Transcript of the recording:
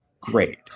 Great